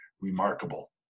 remarkable